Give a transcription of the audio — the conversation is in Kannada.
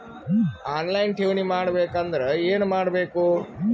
ಆನ್ ಲೈನ್ ಠೇವಣಿ ಮಾಡಬೇಕು ಅಂದರ ಏನ ಮಾಡಬೇಕು?